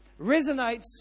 resonates